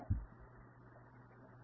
ठीक है